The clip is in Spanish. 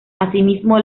asimismo